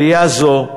עלייה זו,